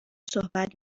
صحبت